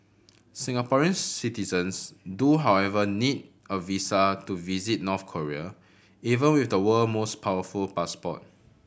Singaporean citizens do however need a visa to visit North Korea even with the world most powerful passport